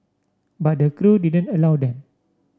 but the crew didn't allow them